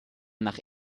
nach